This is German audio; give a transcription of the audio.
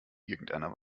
irgendeiner